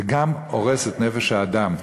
זה גם הורס את נפש האדם.